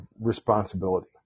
responsibility